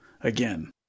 again